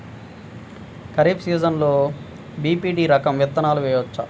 ఖరీఫ్ సీజన్లో బి.పీ.టీ రకం విత్తనాలు వేయవచ్చా?